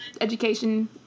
education